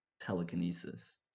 telekinesis